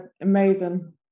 amazing